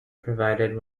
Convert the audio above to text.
provided